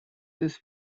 this